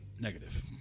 Negative